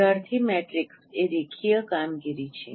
જ્યારથી મેટ્રિક્સ એ રેખીય કામગીરી છે